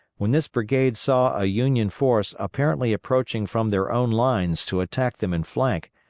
when this brigade saw a union force apparently approaching from their own lines to attack them in flank,